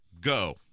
go